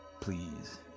Please